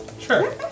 Sure